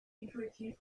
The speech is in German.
intuitiv